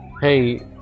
hey